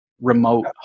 remote